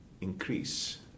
increase